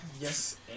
Yes